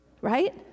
right